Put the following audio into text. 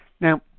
Now